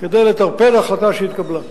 מספיק כדי לטרפד החלטה שהתקבלה.